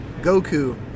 Goku